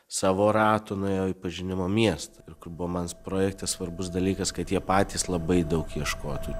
savo rato nuėjo į pažinimo miestą ir kur buvo man projekte svarbus dalykas kad jie patys labai daug ieškotų